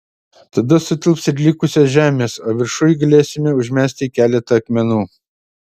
tada sutilps ir likusios žemės o viršuj galėsime užmesti keletą akmenų